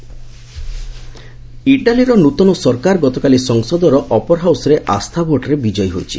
Italy new government ଇଟାଲୀର ନୃତନ ସରକାର ଗତକାଲି ସଂସଦର ଅପର ହାଉସ୍ରେ ଆସ୍ଥା ଭୋଟ୍ରେ ବିଜୟୀ ହୋଇଛି